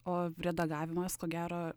o redagavimas ko gero